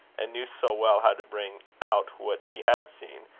and knew so well how to bring out what he had seen,